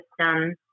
system